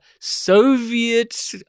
Soviet